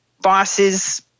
bosses